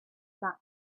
that